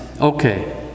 Okay